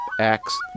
acts